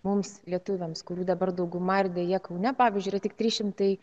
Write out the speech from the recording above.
mums lietuviams kurių dabar dauguma ir deja kaune pavyzdžiui yra tik trys šimtai